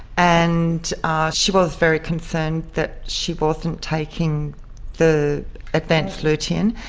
and ah she was very concerned that she wasn't taking the advanced lutein.